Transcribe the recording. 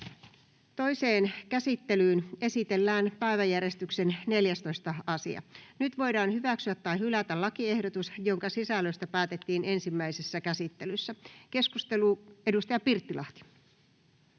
Toiseen käsittelyyn esitellään päiväjärjestyksen 9. asia. Nyt voidaan hyväksyä tai hylätä lakiehdotus, jonka sisällöstä päätettiin ensimmäisessä käsittelyssä. — Edustaja Kivisaari.